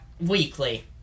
Weekly